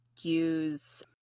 use